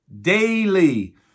daily